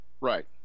right